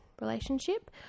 relationship